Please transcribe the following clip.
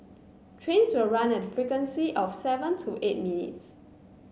trains will run at a frequency of seven to eight minutes